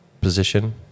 position